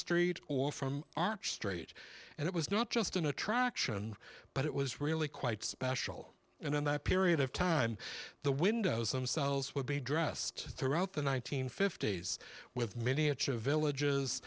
street or from arch straight and it was not just an attraction but it was really quite special and in that period of time the windows themselves would be dressed throughout the one nine hundred fifty s with miniature villages